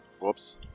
whoops